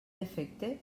defecte